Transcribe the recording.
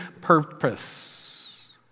purpose